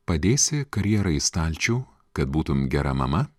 padėsi karjerą į stalčių kad būtum gera mama